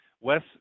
Wes